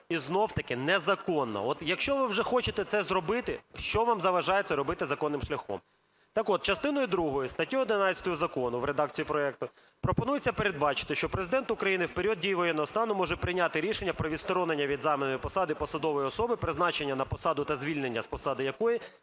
і знов-таки незаконно. От якщо ви вже хочете це зробити, що вам заважає це робити законним шляхом? Так от частиною другою статтею 11 закону в редакції проекту пропонується передбачити, що Президент України в період дії воєнного стану може прийняти рішення про відсторонення від займаної посади посадової особи, призначення на посаду та звільнення з посади якої